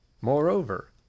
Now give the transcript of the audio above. Moreover